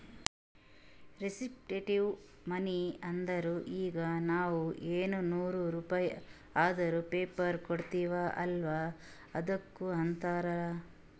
representative ಮನಿ ಅಂದುರ್ ಈಗ ನಾವ್ ಎನ್ ನೂರ್ ರುಪೇ ಅಂದುರ್ ಪೇಪರ್ ಕೊಡ್ತಿವ್ ಅಲ್ಲ ಅದ್ದುಕ್ ಅಂತಾರ್